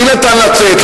מי נתן לצאת?